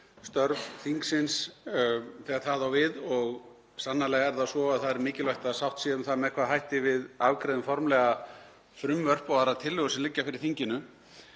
störf þingsins þegar það á við og sannarlega er það svo að það er mikilvægt að sátt sé um það með hvaða hætti við afgreiðum formlega frumvörp og aðrar tillögur sem liggja fyrir þinginu.